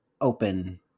open